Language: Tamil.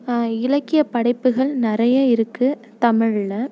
இலக்கிய படைப்புகள் நிறைய இருக்குது தமிழில்